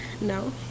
no